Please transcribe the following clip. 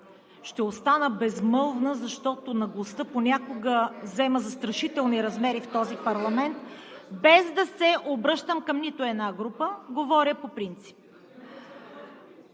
Ще остана безмълвна, защото наглостта понякога взема застрашителни размери в този парламент, без да се обръщам към нито една група. Говоря по принцип.